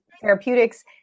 therapeutics